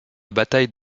bataille